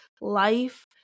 life